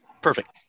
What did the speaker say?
Perfect